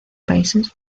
países